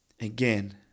Again